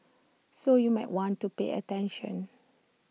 so you might want to pay attention